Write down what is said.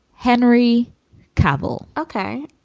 henry cavill ok,